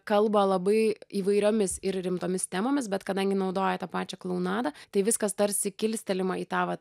kalba labai įvairiomis ir rimtomis temomis bet kadangi naudoja tą pačią klounadą tai viskas tarsi kilstelima į tą va